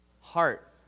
heart